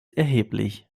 erheblich